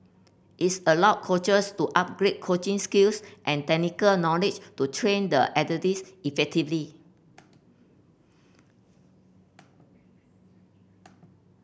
is allow coaches to upgrade coaching skills and technical knowledge to train the athletes effectively